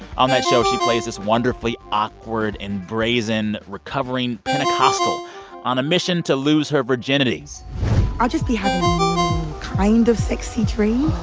on that show, she plays this wonderfully awkward and brazen recovering pentecostal on a mission to lose her virginity i'll just be having kind of sexy dream